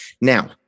Now